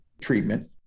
treatment